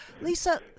Lisa